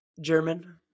German